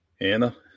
Anna